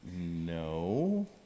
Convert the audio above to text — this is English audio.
no